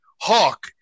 Hawk